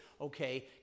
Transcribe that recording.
Okay